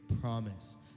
promise